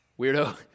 weirdo